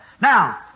Now